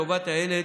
טובת הילד